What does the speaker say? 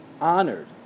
honored